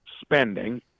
spending